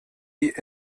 die